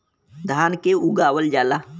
धान के उगावल जाला